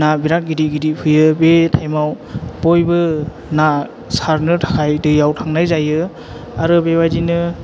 ना बिरात गिदिर गिदिर फैयो बे टाइमाव बयबो ना सारनो थाखाय दैयाव थांनाय जायो आरो बेबायदिनो